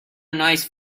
nice